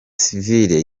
sivile